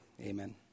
Amen